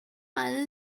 alle